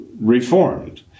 reformed